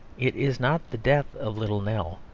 it is not the death of little nell,